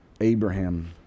Abraham